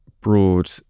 broad